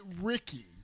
Ricky